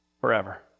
forever